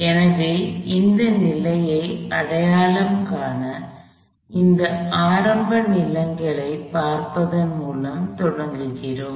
எனவே இந்த நிலையை அடையாளம் காண இந்த ஆரம்ப நிலையைப் பார்ப்பதன் மூலம் தொடங்குகிறோம்